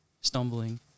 stumbling